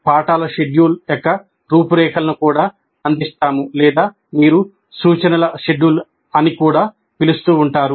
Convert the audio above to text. మేము పాఠాల షెడ్యూల్ యొక్క రూపురేఖలను కూడా అందిస్తాము లేదా మీరు సూచనల షెడ్యూల్ అని పిలుస్తూ ఉంటారు